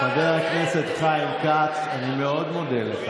חבר הכנסת חיים כץ, אני מאוד מודה לך.